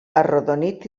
arrodonit